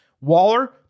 Waller